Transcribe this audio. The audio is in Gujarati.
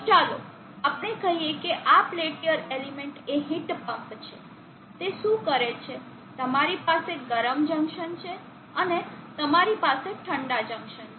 તો ચાલો આપણે કહીએ કે આ પેલ્ટીયર એલિમેન્ટ એ હીટ પંપ છે તે શું કરે છે તમારી પાસે ગરમ જંકશન છે અને તમારી પાસે ઠંડા જંકશન છે